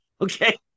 Okay